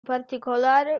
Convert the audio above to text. particolare